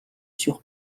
sur